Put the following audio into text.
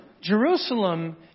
Jerusalem